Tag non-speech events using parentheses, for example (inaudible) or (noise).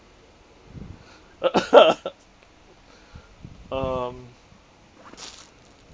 (laughs) um